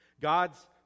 God's